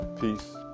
Peace